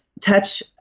touch